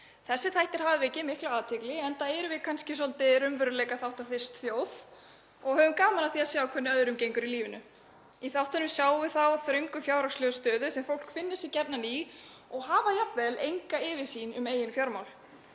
Þessir þættir hafa vakið mikla athygli enda erum við kannski svolítið raunveruleikaþáttaþyrst þjóð og höfum gaman af því að sjá hvernig öðrum gengur í lífinu. Í þáttunum sjáum við þá þröngu fjárhagslegu stöðu sem fólk finnur sig gjarnan í og hefur jafnvel enga yfirsýn yfir eigin fjármál.